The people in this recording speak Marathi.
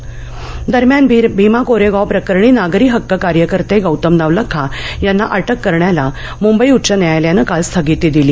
भीमा कोरेगांव दरम्यान भीमा कोरेगाव प्रकरणी नागरी हक्क कार्यकर्ते गौतम नवलाखा यांना अटक करण्याला मुंबई उच्च न्यायालयान काल स्थगिती दिली